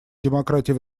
демократий